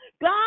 God